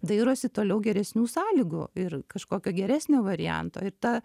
dairosi toliau geresnių sąlygų ir kažkokio geresnio varianto ir ta